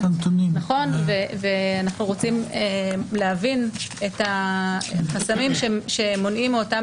ואנחנו רוצים להבין את החסמים שמונעים מאותם